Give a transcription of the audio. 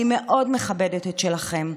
אני מאוד מכבדת את שלכם.